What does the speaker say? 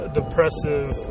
depressive